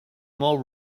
more